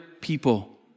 people